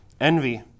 Envy